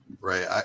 right